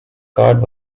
card